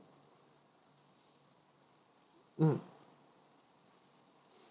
mm